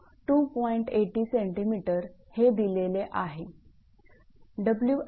80 𝑐𝑚 हे दिलेले आहे